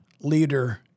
leader